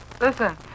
Listen